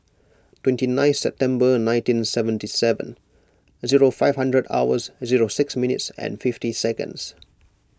twenty nine September nineteen seventy seven zero five hundred hours zero six minutes and fifty seconds